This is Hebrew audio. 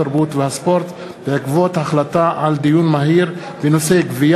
התרבות והספורט בעקבות דיון מהיר בהצעה של חברי הכנסת שלי יחימוביץ,